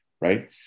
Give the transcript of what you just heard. right